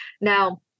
Now